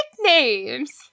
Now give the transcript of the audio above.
nicknames